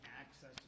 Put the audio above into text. access